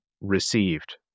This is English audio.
received